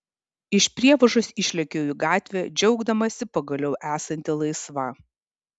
iš prievažos išlėkiau į gatvę džiaugdamasi pagaliau esanti laisva